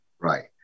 Right